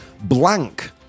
Blank